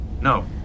No